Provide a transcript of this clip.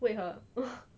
为何